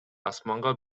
асманга